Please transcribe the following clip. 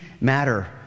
matter